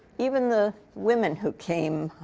even the women who came